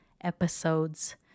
episodes